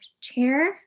chair